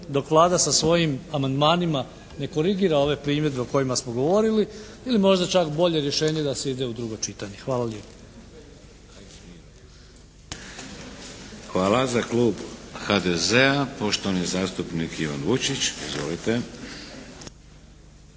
dok Vlada sa svojim amandmanima ne korigira ove primjedbe o kojima smo govorili, ili možda čak bolje rješenje da se ide u drugo čitanje. Hvala lijepo. **Šeks, Vladimir (HDZ)** Hvala. Za klub HDZ-a poštovani zastupnik Ivan Vučić. Izvolite.